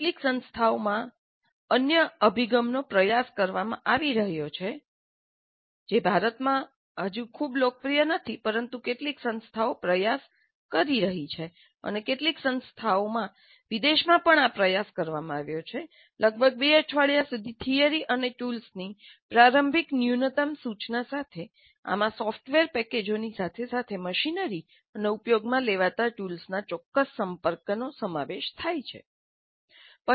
કેટલીક સંસ્થાઓમાં અન્ય અભિગમનો પ્રયાસ કરવામાં આવી રહ્યો છે જે ભારતમાં હજી પણ ખૂબ લોકપ્રિય નથી પરંતુ કેટલીક સંસ્થાઓ પ્રયાસ કરી રહી છે અને કેટલીક સંસ્થાઓમાં વિદેશમાં પણ આ પ્રયાસ કરવામાં આવ્યો છે લગભગ 2 અઠવાડિયા થિયરી અને ટૂલ્સની પ્રારંભિક ન્યુનત્તમ સૂચના સાથે આમાં સોફ્ટવેર પેકેજોની સાથે સાથે મશીનરી અને ઉપયોગમાં લેવાતા ટૂલ્સના ચોક્કસ સંપર્કનો સમાવેશ થાય છે